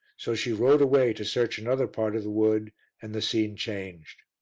so she rode away to search another part of the wood and the scene changed.